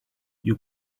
you